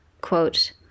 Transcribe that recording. quote